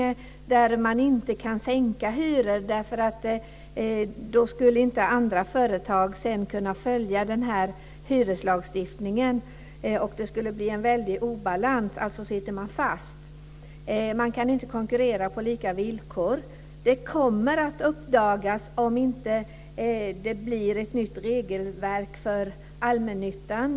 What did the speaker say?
Hyrorna kan inte sänkas därför att andra företag då inte skulle kunna följa denna lagstiftning. Det skulle medföra en väldig obalans. Alltså sitter man fast. Det går inte att konkurrera på lika villkor. Det måste bli ett nytt regelverk för allmännyttan.